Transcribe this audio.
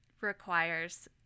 requires